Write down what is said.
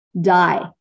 die